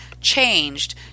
changed